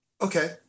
okay